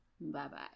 Bye-bye